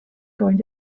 going